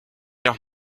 doch